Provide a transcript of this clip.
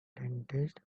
dentist